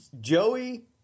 Joey